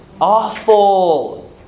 Awful